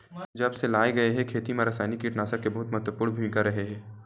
जब से लाए गए हे, खेती मा रासायनिक कीटनाशक के बहुत महत्वपूर्ण भूमिका रहे हे